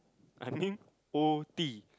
I mean o_t